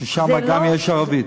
ששם גם, זה לא, יש ערבית.